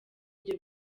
ibyo